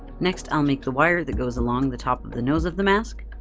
next i'll make the wire that goes along the top of the nose of the mask.